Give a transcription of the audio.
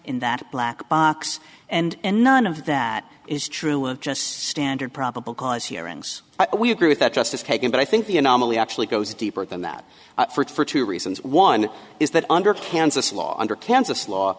in that black box and none of that is true of just standard probable cause hearings we agree with that justice kagan but i think the anomaly actually goes deeper than that for it for two reasons one is that under kansas law under kansas law